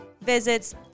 visits